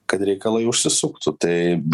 kad reikalai užsisuktų tai